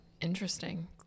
interesting